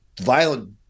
violent